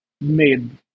made